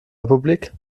republik